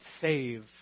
save